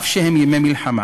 אף שהם ימי מלחמה.